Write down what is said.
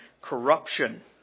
corruption